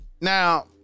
Now